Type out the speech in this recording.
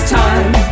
time